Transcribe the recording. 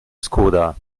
skoda